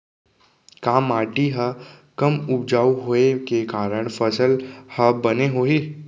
का माटी हा कम उपजाऊ होये के कारण फसल हा बने होही?